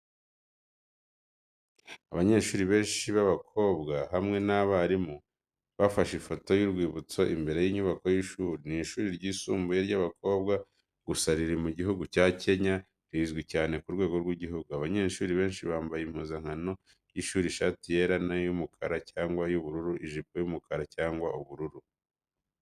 Abanyeshuri benshi b’abakobwa hamwe n’abarimu, bafashe ifoto y’urwibutso imbere y’inyubako y’ishuri. Ni ishuri ryisumbuye ry’abakobwa gusa riri mu gihugu cya Kenya, rizwi cyane ku rwego rw’igihugu. Abanyeshuri benshi bambaye impuzankano y'ishuri ishati yera na y’umukara cyangwa ubururu, n’ijipo y’umukara cyangwa ubururu.